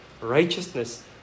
righteousness